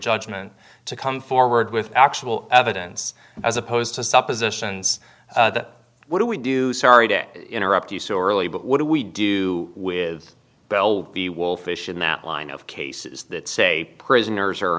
judgment to come forward with actual evidence as opposed to suppositions what do we do sorry to interrupt you so early but what do we do with welby wolfish in that line of cases that say prisoners are